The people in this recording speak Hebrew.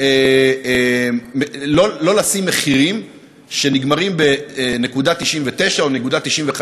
לא לשים מחירים שנגמרים ב-0.99 או 0.95,